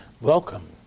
Welcome